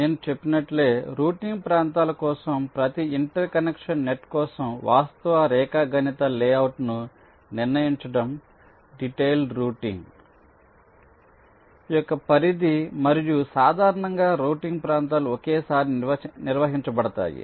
నేను చెప్పినట్లే రౌటింగ్ ప్రాంతాల కోసం ప్రతి ఇంటర్ కనెక్షన్ నెట్ కోసం వాస్తవ రేఖాగణిత లేఅవుట్ను నిర్ణయించడం డిటైల్డ్ రౌటింగ్ యొక్క పరిధి మరియు సాధారణంగా రౌటింగ్ ప్రాంతాలు ఒకేసారి నిర్వహించబడతాయి